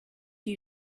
you